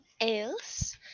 else